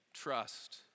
Trust